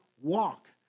walk